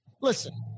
listen